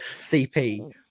CP